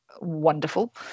wonderful